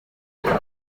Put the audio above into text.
yageze